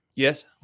Yes